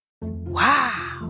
wow